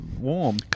warm